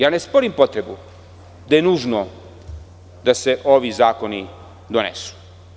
Ja ne sporim potrebu da je nužno da se ovi zakoni donesu.